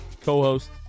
Co-host